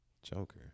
Joker